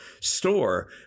store